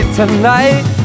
tonight